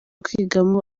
kwigamo